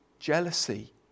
Jealousy